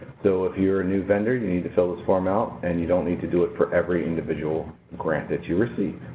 so if you're a new vendor, you need to fill this form out and you don't need to do it for every individual grant that you receive.